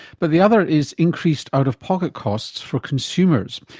but the other is increased out-of-pocket costs for consumers.